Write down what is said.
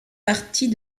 partie